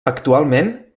actualment